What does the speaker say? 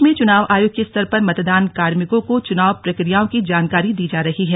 प्रदेश में चुनाव आयोग के स्तर पर मतदान कार्मिकों को चुनाव प्रक्रियाओं की जानकारी दी जा रही है